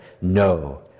No